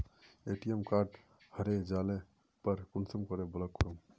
ATM card हरे जाले पर कुंसम के ब्लॉक करूम?